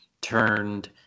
turned